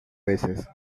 veces